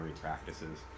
practices